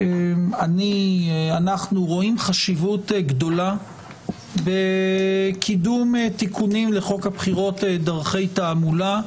אנחנו רואים חשיבות גדולה בקידום תיקונים לחוק הבחירות (דרכי תעמולה),